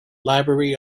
library